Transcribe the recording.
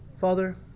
Father